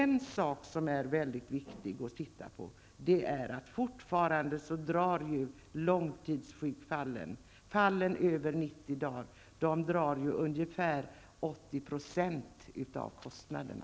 Något som är mycket viktigt att titta på är att långtidssjukfallen, sjukdom över 90 dagar, står för ungefär 80 % av kostnaderna.